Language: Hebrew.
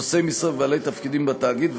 נושאי משרה ובעלי תפקידים בתאגיד,